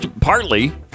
partly